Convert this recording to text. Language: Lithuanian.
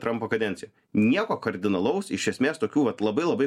trampo kadenciją nieko kardinalaus iš esmės tokių vat labai labai